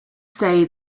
say